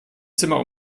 zimmer